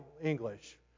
English